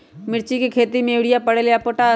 मिर्ची के खेती में यूरिया परेला या पोटाश?